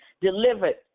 delivered